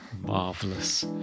Marvelous